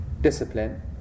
discipline